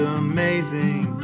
amazing